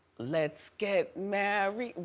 let's get married.